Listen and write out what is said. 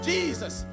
Jesus